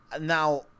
Now